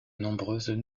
nombreuses